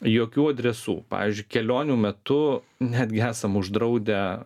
jokių adresų pavyzdžiui kelionių metu netgi esam uždraudę